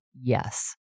Yes